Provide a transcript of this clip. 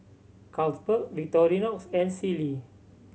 Carlsberg Victorinox and Sealy